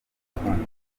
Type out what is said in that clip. urukundo